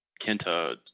Kenta